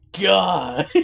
god